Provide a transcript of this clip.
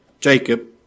Jacob